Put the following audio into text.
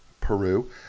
Peru